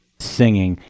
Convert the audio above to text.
singing.